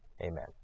Amen